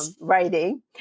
writing